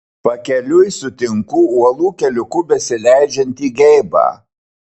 pakeliui sutinku uolų keliuku besileidžiantį geibą